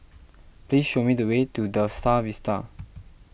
please show me the way to the Star Vista